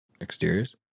exteriors